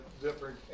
different